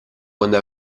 quando